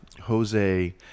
Jose